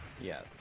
Yes